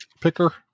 picker